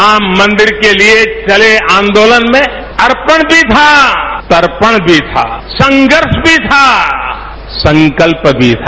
राम मंदिर के लिए चले आंदोलन में अर्पण भी था तर्पण भी था संघर्ष भी था संकल्प भी था